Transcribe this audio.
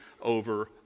over